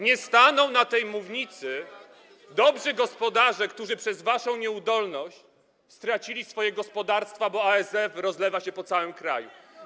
Nie staną na tej mównicy dobrzy gospodarze, którzy przez waszą nieudolność stracili swoje gospodarstwa, bo ASF rozlewa się po całym kraju.